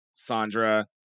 Sandra